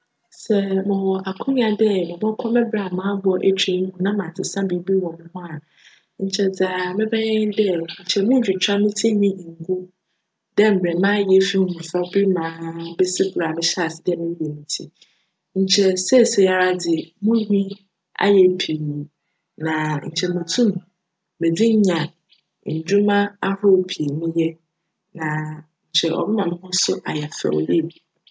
Sj mowc akwanya dj mobckc me bra a m'abc eetwa mu na m'asesa biribi wc moho a, nkyj dza mebjyj nye dj, nkyj munntwitwa me tsir ho nngu dj mbrj m'ayj efi mo mboframba ber mu besi ber a mehyjj ase dj morobc me tsir, nkyj seseiara dze mo nhwi ayj pii na nkyj mutum medze nya ndwuma ahorow pii meyj na nkyj cbjma moho so ayj fjw dj biribi.